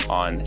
on